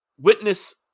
witness